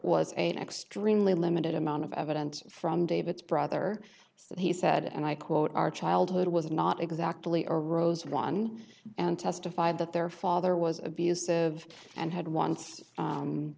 was an extremely limited amount of evidence from david's brother that he said and i quote our childhood was not exactly a rose one and testified that their father was abusive and had once